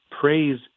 praise